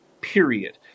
period